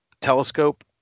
telescope